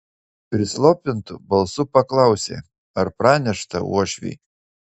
prislopintu balsu paklausė ar pranešta uošviui